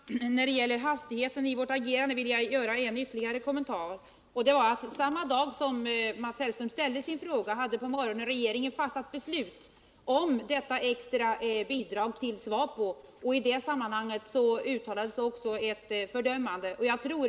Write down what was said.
Herr talman! När det gäller hastigheten i vårt agerande vill jag göra ytterligare en kommentar. Samma dag som Mats Hellström ställde sin fråga hade regeringen redan på morgonen fattat beslutet om detta extra bidrag till SVAPO, och i det sammanhanget uttalades också ett fördömande av Sydafrika.